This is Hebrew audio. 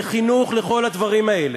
זה חינוך לכל הדברים האלה.